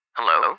Hello